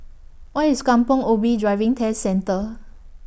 Where IS Kampong Ubi Driving Test Centre